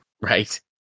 Right